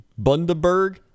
Bundaberg